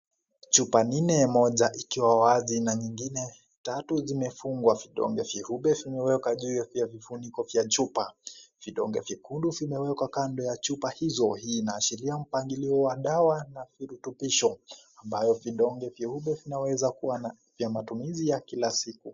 Chupa nne moja ikiwa wazi na nyingine tatu zimefungwa, vidonge vyeupe vimewekwa juu vya vifuniko vya chupa, vindonge vyekundu vimewekwa kando ya chupa hizo hii inaashiria mpangilio wa dawa na virutubisho, ambayo vidonge vyeupe vinaweza kua na vya matumizi ya kila siku.